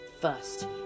first